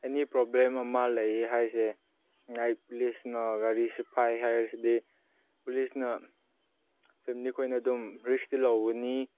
ꯑꯦꯅꯤ problem ꯑꯃ ꯂꯩꯌꯦ ꯍꯥꯏꯁꯦ ꯂꯥꯏꯛ ꯄꯣꯂꯤꯁꯅ ꯒꯥꯔꯤꯁꯤ ꯐꯥꯏ ꯍꯥꯏꯔꯗꯤ ꯄꯣꯂꯤꯁꯅ ꯐꯦꯃꯤꯂꯤ ꯈꯣꯏꯅ ꯑꯗꯨꯝ ꯔꯤꯛꯁꯇꯤ ꯂꯧꯒꯅꯤ